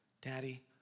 Daddy